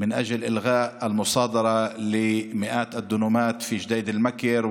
כדי לבטל את ההפקעה של מאות הדונמים בג'דיידה-מכר,